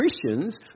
Christians